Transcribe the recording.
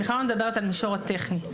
אני לא מדברת על המישור הטכני.